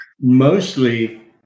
mostly